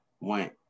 went